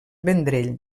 vendrell